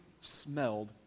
smelled